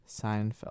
Seinfeld